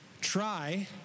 try